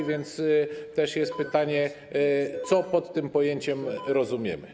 A więc też jest pytanie: Co pod tym pojęciem rozumiemy?